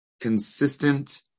consistent